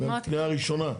מפנייה ראשונה.